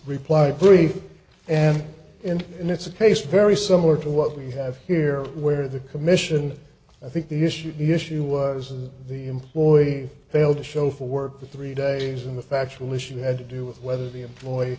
reply brief and end and it's a case very similar to what we have here where the commission i think the issue the issue was the employee failed to show for work the three days in the factual issue had to do with whether the employee